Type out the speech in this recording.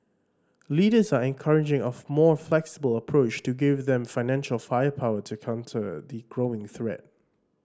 leaders are encouraging a more flexible approach to give them financial firepower to counter the growing threat